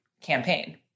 campaign